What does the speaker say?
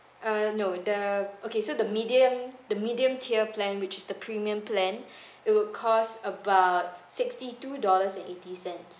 uh no the okay so the medium the medium tier plan which is the premium plan it would cost about sixty two dollars and eighty cents